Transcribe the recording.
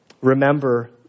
remember